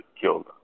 killed